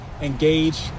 engage